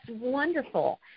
wonderful